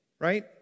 Right